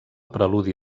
preludi